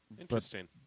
Interesting